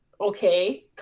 okay